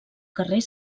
carrer